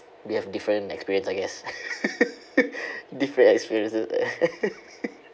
we have different experience I guess different experiences